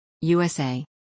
USA